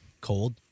cold